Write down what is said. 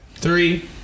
Three